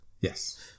Yes